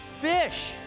Fish